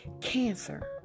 Cancer